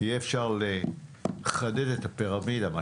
אפשר יהיה לחדד את הפירמידה.